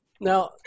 now